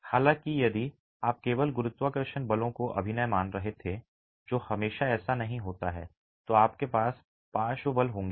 हालांकि यदि आप केवल गुरुत्वाकर्षण बलों को अभिनय मान रहे थे जो हमेशा ऐसा नहीं होता है तो आपके पास पार्श्व बल होंगे